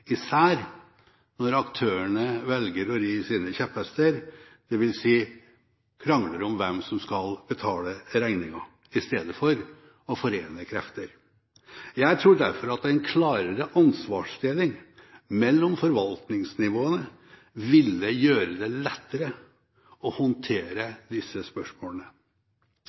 disiplin, især når aktørene velger å ri sine kjepphester, dvs. krangler om hvem som skal betale regningen, i stedet for å forene krefter. Jeg tror derfor at en klarere ansvarsdeling mellom forvaltningsnivå ville gjøre det lettere å håndtere disse spørsmålene.